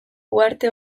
uharte